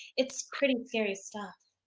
it's pretty scary stuff.